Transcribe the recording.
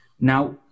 Now